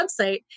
website